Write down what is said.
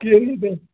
केह् रेट ऐ